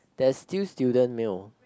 there's still student meal